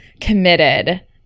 committed